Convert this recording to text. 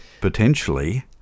potentially